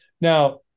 Now